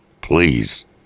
please